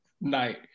night